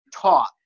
taught